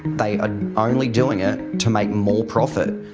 they are only doing it to make more profit,